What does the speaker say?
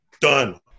done